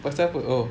pasal apa oh